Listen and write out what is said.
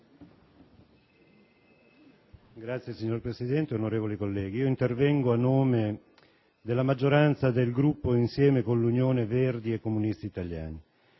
Signor Presidente, onorevoli colleghi, intervengo a nome della maggioranza del Gruppo Insieme con l'Unione Verdi-Comunisti Italiani.